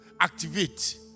activate